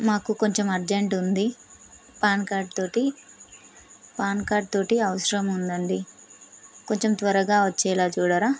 మాకు కొంచెం అర్జెంట్ ఉంది పాన్ కార్డ్తో పాన్ కార్డ్తో అవసరం ఉందండి కొంచెం త్వరగా వచ్చేలా చూడరా